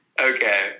okay